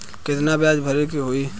कितना ब्याज भरे के होई?